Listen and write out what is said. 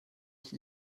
ich